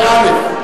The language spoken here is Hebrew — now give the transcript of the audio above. באל"ף.